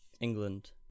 England